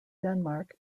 denmark